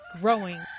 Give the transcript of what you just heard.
growing